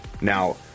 Now